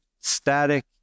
static